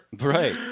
Right